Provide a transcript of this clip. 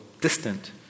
distant